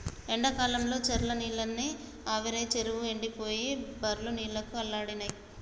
ఎండాకాలంల చెర్ల నీళ్లన్నీ ఆవిరై చెరువు ఎండిపోయింది బర్లు నీళ్లకు అల్లాడినై